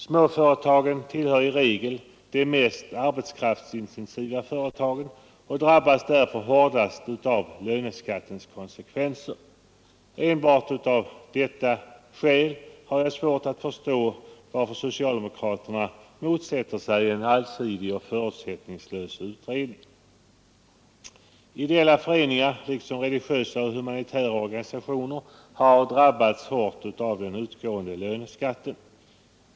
Småföretagen tillhör i regel de mest arbetskraftsintensiva företagen och drabbas därför hårdast av löneskattens konsekvenser. Enbart av detta skäl har jag svårt att förstå varför socialdemokraterna motsätter sig en allsidig och förutsättningslös utredning. Ideella föreningar samt religiösa och humanitära organisationer har drabbats hårt av den utgående löneskatten.